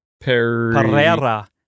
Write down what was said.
Pereira